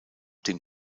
dem